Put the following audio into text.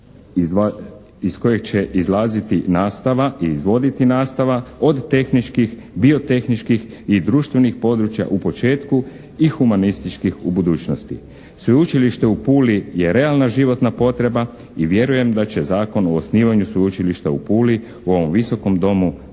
iz kojeg će izlaziti nastava i izvoditi nastava od tehničkih, biotehničkih i društvenih područja u početku i humanističkih u budućnosti. Sveučilište u Puli je realna životna potreba i vjerujem da će Zakona o osnivanju Sveučilišta u Puli u ovom Visokom domu dobiti